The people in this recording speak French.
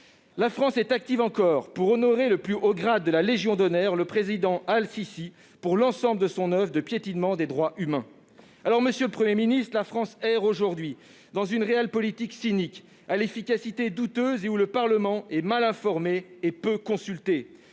La France s'active pour honorer du plus haut grade de la Légion d'honneur le président al-Sissi pour l'ensemble de son oeuvre de piétinement des droits humains. Monsieur le Premier ministre, la France met aujourd'hui en oeuvre une cynique à l'efficacité douteuse, sur laquelle le Parlement est mal informé et peu consulté,